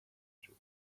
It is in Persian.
تجاوز